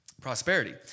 Prosperity